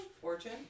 Fortune